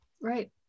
Right